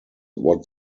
what